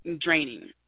draining